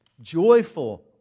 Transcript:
Joyful